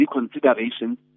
reconsideration